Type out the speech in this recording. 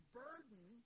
burden